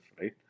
right